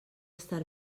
estar